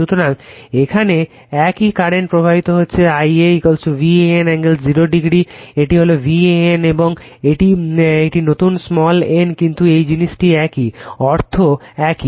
সুতরাং এখানে একই কারেন্ট প্রবাহিত হচ্ছে Ia VAN অ্যাঙ্গেল 0 এটি V AN এবং এটি একটি নতুন স্মল n কিন্তু একই জিনিস একই অর্থ একই